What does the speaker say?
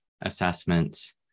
assessments